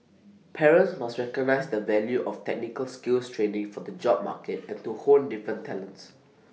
parents must recognise the value of technical skills training for the job market and to hone different talents